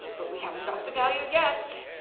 but we haven't got the value yet.